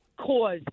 cause